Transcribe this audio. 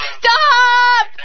stop